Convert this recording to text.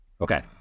Okay